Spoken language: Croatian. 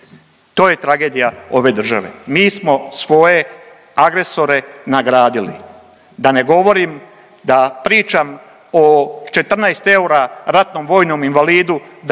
To je tragedija ove države, mi smo svoje agresore nagradili, da ne govorim da pričam o 14 eura ratnom vojnom invalidu,